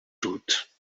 route